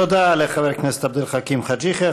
תודה לחבר הכנסת עבד אל חכים חאג' יחיא.